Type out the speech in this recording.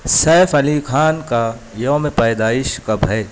صیف علی خان کا یوم پیدائش کب ہے